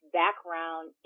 background